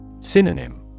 Synonym